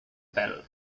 pèl